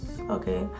okay